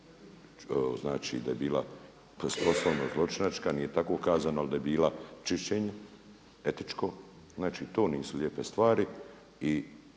Oluja da je bila znači … zločinačka, nije tko kažemo ali da je bila čišćenje etičko. Znači to nisu lijepe stvari i